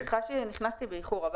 סליחה שנכנסתי באיחור,